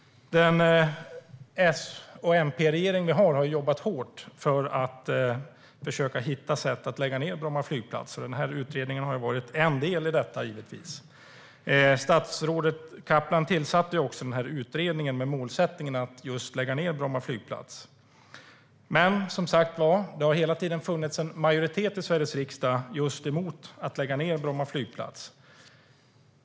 Den S och MP-regering vi har har jobbat hårt för att försöka hitta sätt att lägga ned Bromma flygplats, och denna utredning har givetvis varit en del i detta. Statsrådet Kaplan tillsatte också utredningen med målsättningen att just lägga ned Bromma flygplats. Som sagt var har det hela tiden funnits en majoritet i Sveriges riksdag emot att lägga ned Bromma flygplats.